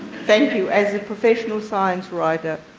thank you. as a professional science writer,